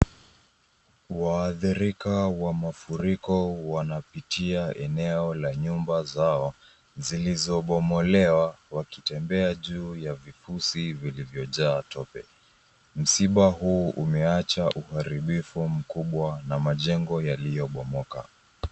Waadhirika wa mafuriko wanapitia eneo la nyumba zao zilizobomolewa wakitembea juu ya vipusi vilivyojaa tope. Msiba huu umeacha uharibifu mkubwa na majengo yaliyobomoka.